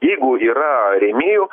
jeigu yra rėmėjų